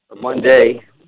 Monday